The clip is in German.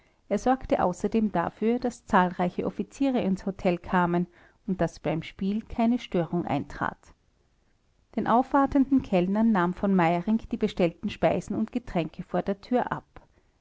er sorgte außerdem dafür daß zahlreiche offiziere ins hotel kamen und daß beim spiel keine störung eintrat den aufwartenden kellnern nahm v meyerinck die bestellten speisen und getränke vor der tür ab